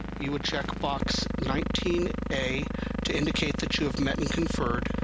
you would checkbox nineteen a to indicate that you have met and conferred.